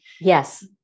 Yes